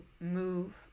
move